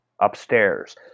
upstairs